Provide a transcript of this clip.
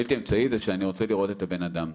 בלתי אמצעי זה שאני רוצה לראות את הבן אדם,